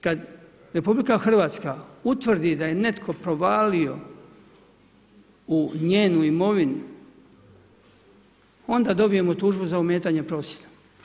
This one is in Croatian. Kad RH utvrdi da je netko provalio u njenu imovinu onda dobijemo tužbu za ometanje posjeda.